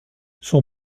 son